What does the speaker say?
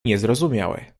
niezrozumiałe